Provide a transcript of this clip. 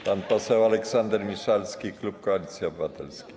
Pan poseł Aleksander Miszalski, klub Koalicji Obywatelskiej.